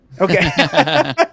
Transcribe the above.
Okay